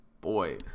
Boy